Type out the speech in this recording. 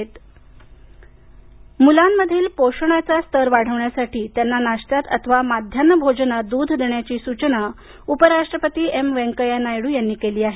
नायडू मुलांमधील पोषणाचा स्तर वाढवण्यासाठी त्यांना नाश्त्यात अथवा माध्यान्ह भोजनात दूध देण्याची सुचना उपराष्ट्रपती एम वेन्केय्या नायडू यांनी केली आहे